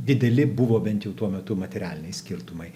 dideli buvo bent jau tuo metu materialiniai skirtumai